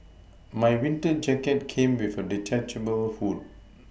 my winter jacket came with a detachable hood